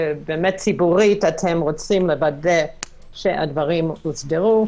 ציבורית אתם רוצים לוודא שהדברים הוסדרו.